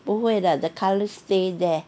不会的 the colour stay there